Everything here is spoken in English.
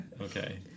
Okay